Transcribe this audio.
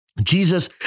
Jesus